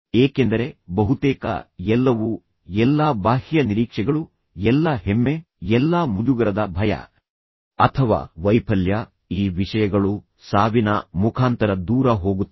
ಏಕೆಂದರೆ ಬಹುತೇಕ ಎಲ್ಲವೂ ಎಲ್ಲಾ ಬಾಹ್ಯ ನಿರೀಕ್ಷೆಗಳು ಎಲ್ಲಾ ಹೆಮ್ಮೆ ಎಲ್ಲಾ ಮುಜುಗರದ ಭಯ ಅಥವಾ ವೈಫಲ್ಯ ಈ ವಿಷಯಗಳು ಸಾವಿನ ಮುಖಾಂತರ ದೂರ ಹೋಗುತ್ತವೆ